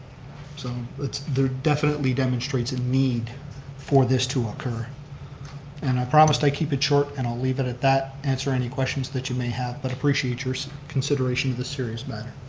so they're definitely demonstrates a need for this to occur and i promised i keep it short and i'll leave it at that. answer any questions that you may have but appreciate your so consideration of this serious matter.